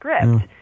script